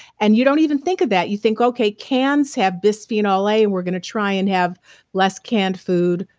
and you don't even think of that. you think okay, cans have bisphenol a we're going to try and have less canned food,